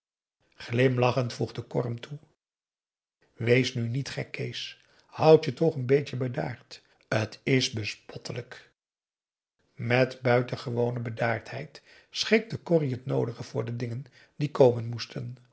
cor hem toe wees nu niet gek kees houd je toch n beetje bedaard t is bespottelijk met buitengewone bedaardheid schikte corrie het noodige voor de dingen die komen moesten